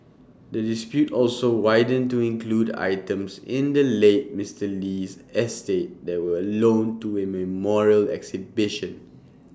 the dispute also widened to include items in the late Mister Lee's estate that were loaned to A memorial exhibition